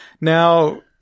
Now